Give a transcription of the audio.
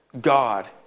God